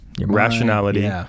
Rationality